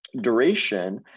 duration